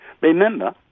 Remember